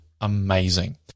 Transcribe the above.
amazing